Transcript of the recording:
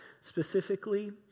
specifically